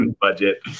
Budget